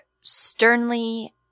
sternly